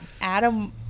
Adam